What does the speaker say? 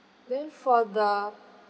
then for the